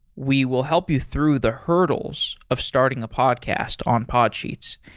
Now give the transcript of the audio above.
we will help you through the hurdles of starting a podcast on podsheets.